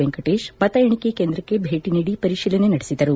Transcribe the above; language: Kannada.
ವೆಂಕಟೇಶ್ ಮತ ಎಣಿಕೆ ಕೇಂದ್ರಕ್ಕೆ ಭೇಟಿ ನೀಡಿ ಪರಿಶೀಲನೆ ನಡೆಸಿದರು